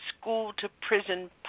school-to-prison